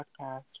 podcast